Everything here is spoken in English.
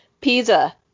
pizza